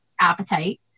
appetite